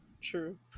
True